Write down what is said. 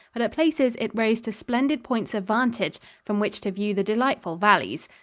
but at places it rose to splendid points of vantage from which to view the delightful valleys.